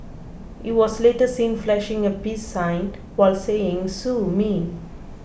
he was later seen flashing a peace sign while saying Sue me